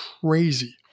crazy